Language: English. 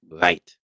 right